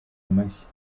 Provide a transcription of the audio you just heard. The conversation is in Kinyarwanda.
amashyi